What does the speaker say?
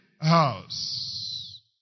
house